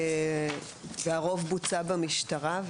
והרוב בוצע במשטרה?